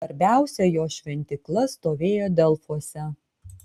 svarbiausia jo šventykla stovėjo delfuose